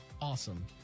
awesome